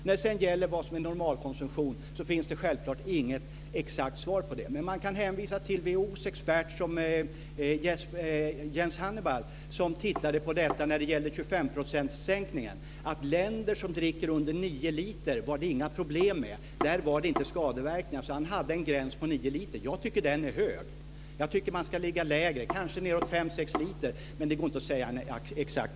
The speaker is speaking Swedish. När det sedan gäller vad som är normalkonsumtion finns det självfallet inte något exakt svar på det. Men man kan hänvisa till WHO:s expert, Jens Hannibal, som tittade på detta när det gällde en sänkning med 25 %. I länder där man dricker under nio liter var det inga problem. Där var det inga skadeverkningar. Han hade en gräns på nio liter. Jag tycker att den är hög. Jag tycker att man ska ligga lägre, kanske nedåt fem sex liter. Men det går inte att säga exakt.